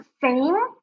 fame